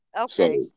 Okay